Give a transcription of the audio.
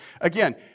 Again